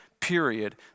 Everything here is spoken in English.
period